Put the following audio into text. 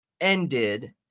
ended